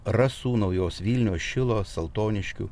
rasų naujos vilnios šilo saltoniškių